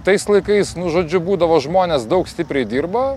tais laikais nu žudžiu būdavo žmonės daug stipriai dirba